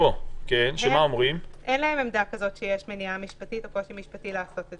אין להם עמדה כזאת שיש מניעה משפטית או קושי משפטי לעשות את זה.